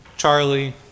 Charlie